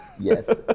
Yes